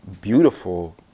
beautiful